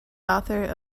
author